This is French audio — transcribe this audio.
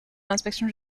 l’inspection